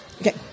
Okay